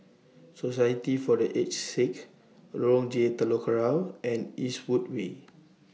Society For The Aged Sick Lorong J Telok Kurau and Eastwood Way